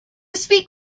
speak